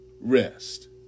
rest